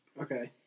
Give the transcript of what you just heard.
Okay